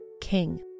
King